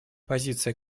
позиция